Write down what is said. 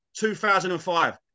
2005